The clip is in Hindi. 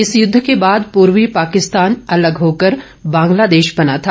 इस युद्ध के बाद पूर्वी पाकिस्तान अलग होकर बांग्लादेश बना था